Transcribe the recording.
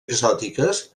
exòtiques